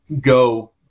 go